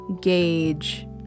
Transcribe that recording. gauge